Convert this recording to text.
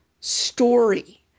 story